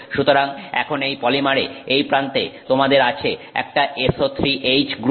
সুতরাং এখন এই পলিমারে এই প্রান্তে তোমাদের আছে একটা SO3H গ্রুপ